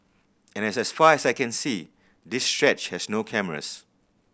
and as far as I can see this stretch has no cameras